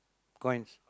coins